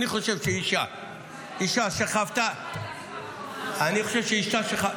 אני חושב שאישה שחוותה --- אני יודעת שאתה תומך.